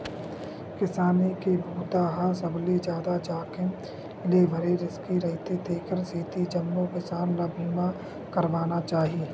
किसानी के बूता ह सबले जादा जाखिम ले भरे रिस्की रईथे तेखर सेती जम्मो किसान ल बीमा करवाना चाही